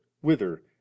whither